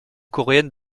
coréenne